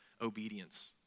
obedience